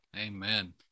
Amen